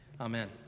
Amen